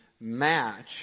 match